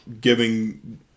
giving